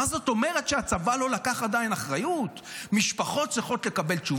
מה זאת אומרת שהצבא לא לקח עדיין אחריות?